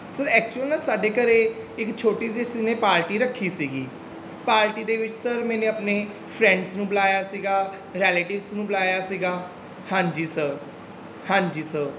sir actual ਨਾ ਸਾਡੇ ਘਰ ਇੱਕ ਛੋਟੀ ਜਿਹੀ ਅਸੀਂ ਨੇ ਪਾਰਟੀ ਰੱਖੀ ਸੀਗੀ ਪਾਰਟੀ ਦੇ ਵਿੱਚ ਸਰ ਮੈਨੇ ਆਪਣੇ ਫਰੈਂਡਸ ਨੂੰ ਬੁਲਾਇਆ ਸੀਗਾ ਰਿਲੇਟਿਵਸ ਨੂੰ ਬੁਲਾਇਆ ਸੀਗਾ ਹਾਂਜੀ ਸਰ ਹਾਂਜੀ ਸਰ